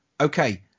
okay